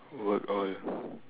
work all